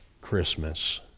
Christmas